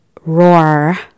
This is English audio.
roar